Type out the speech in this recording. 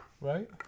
Right